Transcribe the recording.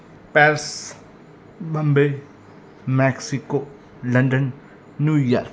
Paris Bombay Mexico London New York